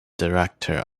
director